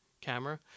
camera